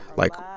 like,